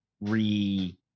re